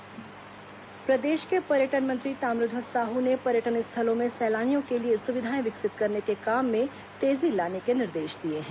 पर्यटन मंत्री निर्देश प्रदेश के पर्यटन मंत्री ताम्रध्वज साहू ने पर्यटन स्थलों में सैलानियों के लिए सुविधाएं विकसित करने के काम में तेजी लाने के निर्देश दिए हैं